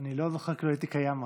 אני לא זוכר, כי לא הייתי קיים אז.